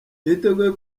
niteguye